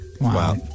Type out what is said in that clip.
Wow